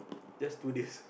just two days